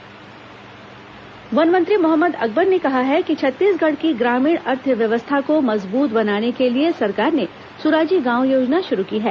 one मंत्री कार्यशाला वन मंत्री मोहम्मद अकबर ने कहा है कि छत्तीसगढ़ की ग्रामीण अर्थव्यवस्था को मजबूत बनाने के लिए सरकार ने सुराजी गांव योजना शुरू की है